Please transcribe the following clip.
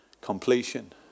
completion